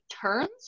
turns